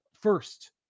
first